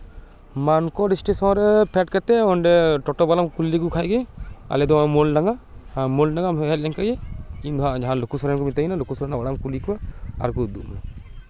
ᱢᱟᱱᱠᱚᱨ station ᱨᱮ ᱯᱷᱮᱰ ᱠᱟᱛᱮᱫ ᱚᱸᱰᱮ ᱴᱳᱴᱳ ᱵᱟᱞᱟᱢ ᱠᱩᱞᱤ ᱞᱮᱠᱚ ᱠᱷᱟᱱ ᱜᱮ ᱟᱞᱮ ᱫᱚ ᱢᱳᱞᱰᱟᱸᱜᱟ ᱢᱳᱞᱰᱟᱸᱜᱟᱢ ᱦᱮᱡ ᱞᱮᱱᱠᱷᱟᱱ ᱜᱮ ᱤᱧ ᱫᱚ ᱦᱟᱸᱜ ᱡᱟᱦᱟᱸ ᱞᱩᱠᱩ ᱥᱚᱨᱮᱱ ᱠᱚ ᱢᱤᱛᱟᱹᱧ ᱠᱟᱱᱟ ᱞᱩᱠᱩ ᱥᱚᱨᱮᱱ ᱞᱩᱠᱩ ᱥᱚᱨᱮᱱᱟᱜ ᱚᱲᱟᱜ ᱮᱢ ᱠᱩᱞᱤ ᱠᱚᱣᱟ ᱟᱨ ᱠᱚ ᱩᱫᱩᱜ ᱟᱢᱟ